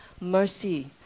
mercy